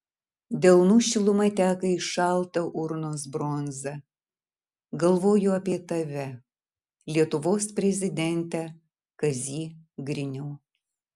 delnų šiluma teka į šaltą urnos bronzą galvoju apie tave lietuvos prezidente kazy griniau